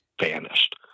vanished